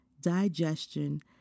digestion